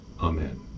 amen